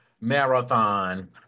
marathon